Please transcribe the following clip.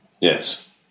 yes